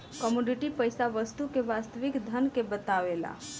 commodity पईसा वस्तु के वास्तविक धन के बतावेला